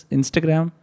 Instagram